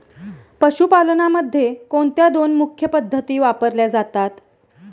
पशुपालनामध्ये कोणत्या दोन मुख्य पद्धती वापरल्या जातात?